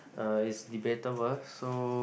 uh is debatable so